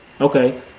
Okay